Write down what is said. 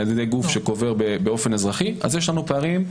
על-ידי גוף שקובר באופן אזרחי אז יש לנו פערים.